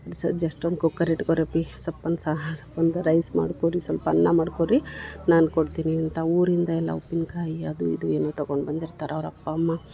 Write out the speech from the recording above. ಸ ಜಸ್ಟ್ ಒಂದು ಕುಕ್ಕರ್ ಇಟ್ಕೊರಪ್ಪಿ ಸಪ್ಪಂದ ಸಾರು ಸಪ್ಪಂದ ರೈಸ್ ಮಾಡ್ಕೊರಿ ಸಲ್ಪ ಅನ್ನ ಮಾಡ್ಕೊರಿ ನಾನು ಕೊಡ್ತೀನಿ ಅಂತ ಊರಿಂದ ಎಲ್ಲ ಉಪ್ಪಿನಕಾಯಿ ಅದು ಇದು ಏನೋ ತಗೊಂಡು ಬಂದಿರ್ತರೆ ಅವ್ರ ಅಪ್ಪ ಅಮ್ಮ